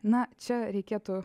na čia reikėtų